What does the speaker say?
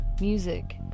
music